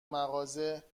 مغازه